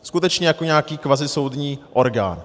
Skutečně jako nějaký kvazisoudní orgán.